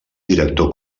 director